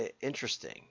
interesting